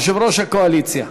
יושב-ראש הקואליציה,